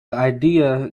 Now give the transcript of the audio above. idea